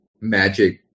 magic